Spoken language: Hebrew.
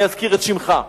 אני אזכיר את שמך?